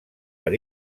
per